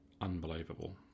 unbelievable